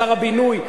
שר הבינוי,